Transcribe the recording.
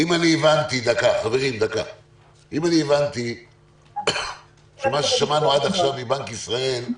אם אני הבנתי מה ששמענו עד עכשיו מבנק ישראל,